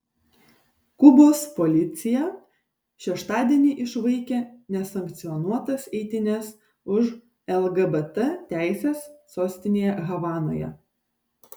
kubos policija šeštadienį išvaikė nesankcionuotas eitynes už lgbt teises sostinėje havanoje